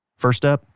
first up,